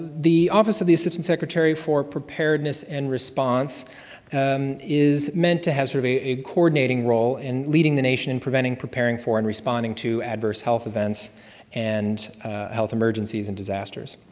the office of the assistant secretary for preparedness and response is meant to have sort of a coordinating role in leading the nation in preventing, preparing for, and responding to adverse health events and health emergencies and disasters.